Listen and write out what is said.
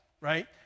right